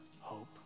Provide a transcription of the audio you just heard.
hope